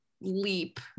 leap